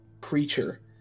creature